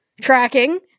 Tracking